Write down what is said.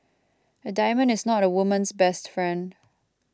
a diamond is not a woman's best friend